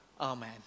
amen